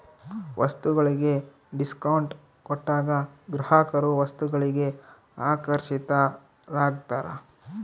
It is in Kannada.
ವಸ್ತುಗಳಿಗೆ ಡಿಸ್ಕೌಂಟ್ ಕೊಟ್ಟಾಗ ಗ್ರಾಹಕರು ವಸ್ತುಗಳಿಗೆ ಆಕರ್ಷಿತರಾಗ್ತಾರ